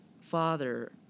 father